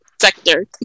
sector